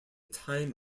time